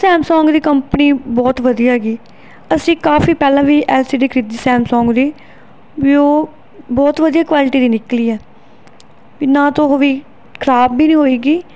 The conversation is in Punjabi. ਸੈਮਸੋਂਗ ਦੀ ਕੰਪਨੀ ਬਹੁਤ ਵਧੀਆ ਹੈਗੀ ਅਸੀਂ ਕਾਫੀ ਪਹਿਲਾਂ ਵੀ ਐਲ ਸੀ ਡੀ ਖਰੀਦੀ ਸੈਮਸੋਂਗ ਦੀ ਵੀ ਉਹ ਬਹੁਤ ਵਧੀਆ ਕੁਆਲਿਟੀ ਦੀ ਨਿਕਲੀ ਹੈ ਵੀ ਨਾ ਤਾਂ ਉਹ ਵੀ ਖ਼ਰਾਬ ਵੀ ਨਹੀਂ ਹੋਏਗੀ